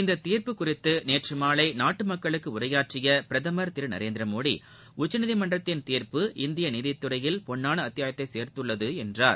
இந்தத் தீர்ப்பு குறித்து நேற்று மாலை நாட்டு மக்களுக்கு உரையாற்றிய பிரதமர் திரு நரேந்திரமோடி உச்சநீதிமன்றத்தின் தீர்ப்பு இந்திய நீதித்துறையில் பொன்னான அத்தியாயத்தை சேர்த்துள்ளது என்றார்